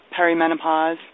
perimenopause